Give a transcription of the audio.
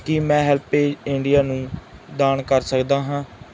ਕੀ ਮੈਂ HelpAge India ਨੂੰ ਦਾਨ ਕਰ ਸਕਦਾ ਹਾਂ